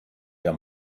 der